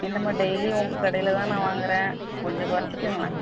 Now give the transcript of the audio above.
என்னமா டெய்லி உங்கள் கடையில் தான் நான் வாங்குகிறேன் கொஞ்சம் குறச்சிக்கோங்களேன்